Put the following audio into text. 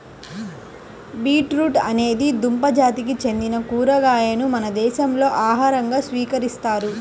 beetroot అనేది దుంప జాతికి చెందిన కూరగాయను మన దేశంలో ఆహారంగా స్వీకరిస్తారు